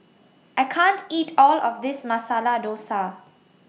I can't eat All of This Masala Dosa